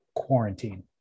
quarantine